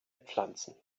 pflanzen